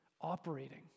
operating